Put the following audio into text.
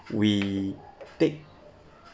we take